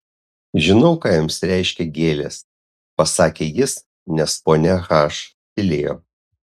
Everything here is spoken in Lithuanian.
žinau ką jums reiškia gėlės pasakė jis nes ponia h tylėjo